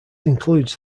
includes